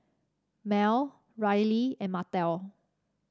Merl Ryley and Martell